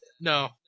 no